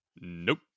Nope